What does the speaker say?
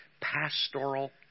pastoral